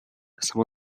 само